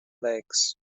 legs